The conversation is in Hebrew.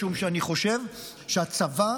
משום שאני חושב שהצבא,